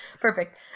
perfect